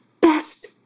best